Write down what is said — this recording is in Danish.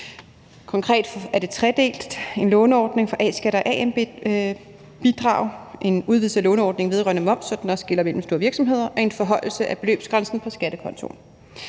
Det er tredelt: en låneordning for A-skat og AM-bidrag, en udvidelse af låneordningen vedrørende moms, så den også gælder mellemstore virksomheder, og en forhøjelse af beløbsgrænsen på skattekontoen.